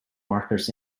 markers